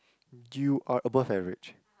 you are above average